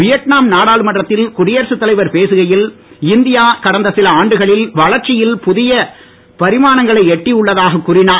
Vietnam நாடாளுமன்றத்தில் குடியரசு தலைவர் பேசுகையில் இந்தியா கடந்த சில ஆண்டுகளில் வளர்ச்சியில் புதிய பரிமாணங்களை எட்டி உள்ளதாக கூறினார்